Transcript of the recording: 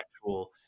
actual